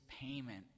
payment